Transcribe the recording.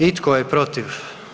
I tko je protiv?